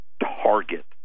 target